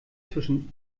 zwischen